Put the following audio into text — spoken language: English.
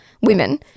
women